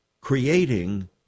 creating